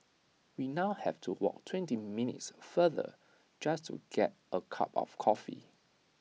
we now have to walk twenty minutes farther just to get A cup of coffee